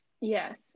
Yes